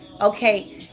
Okay